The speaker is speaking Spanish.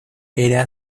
era